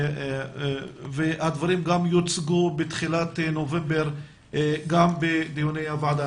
והדברים גם יוצגו בתחילת נובמבר בדיוני הוועדה.